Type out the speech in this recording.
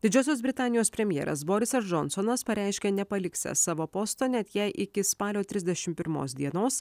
didžiosios britanijos premjeras borisas džonsonas pareiškė nepaliksiąs savo posto net jei iki spalio trisdešim pirmos dienos